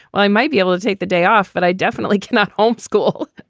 well, i might be able to take the day off, but i definitely cannot homeschool.